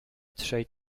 trzej